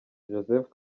joseph